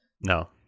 No